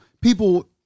people